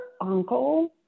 uncle